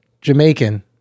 Jamaican